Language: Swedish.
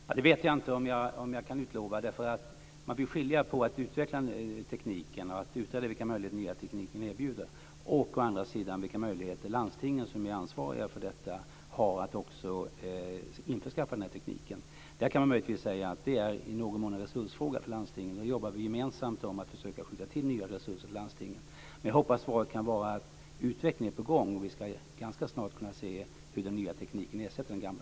Fru talman! Det vet jag inte om jag kan utlova därför att man får skilja på att å ena sidan utreda vilka möjligheter den nya tekniken erbjuder och å andra sidan vilka möjligheter landstingen, som är ansvariga för detta, har att införskaffa den här tekniken. Det är i någon mån en resursfråga för landstingen. Nu jobbar vi gemensamt för att försöka skjuta till nya resurser till landstingen. Men jag hoppas att svaret kan vara att utvecklingen är på gång och att vi ganska snart ska kunna se hur den nya tekniken ersätter den gamla.